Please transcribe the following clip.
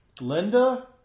Linda